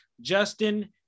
justin